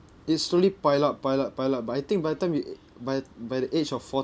it'll slowly pile up pile up pile up but I think by the time you a~ by by the age of